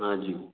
हाँ जी